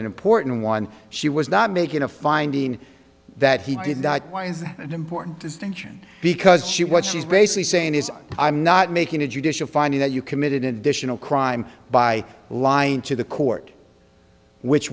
an important one she was not making a finding that he didn't die why is that an important distinction because she what she's basically saying is i'm not making a judicial finding that you committed an additional crime by lying to the court which